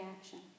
action